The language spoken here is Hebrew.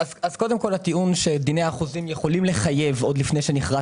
אז קודם כל הטיעון שדיני החוזים יכולים לחייב עוד לפני שנכרת